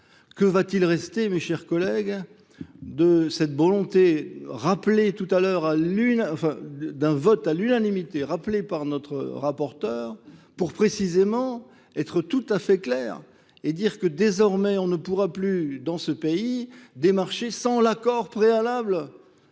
Que va-t-il rester, mes chers collègues, de cette volonté d'un vote à l'unanimité rappelé par notre rapporteur pour précisément être tout à fait clair et dire que désormais on ne pourra plus, dans ce pays, démarcher sans l'accord préalable.